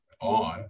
on